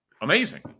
amazing